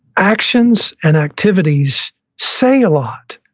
actions and activities say a lot.